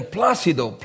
Placido